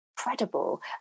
Incredible